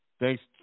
Thanks